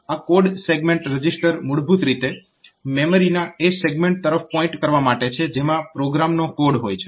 આ code segment register મૂળભૂત રીતે મેમરીના એ સેગમેન્ટ તરફ પોઇન્ટ કરવા માટે છે જેમાં પ્રોગ્રામનો કોડ હોય છે